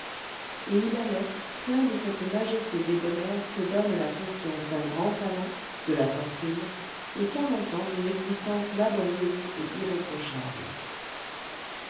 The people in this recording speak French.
et il allait ainsi plein de cette majesté débonnaire que donnent la conscience d'un grand talent de la fortune et quarante ans d'une existence laborieuse et irréprochable